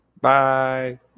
bye